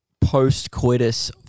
post-coitus